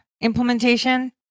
implementation